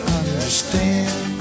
understand